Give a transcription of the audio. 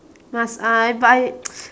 must I but I